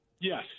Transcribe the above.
Yes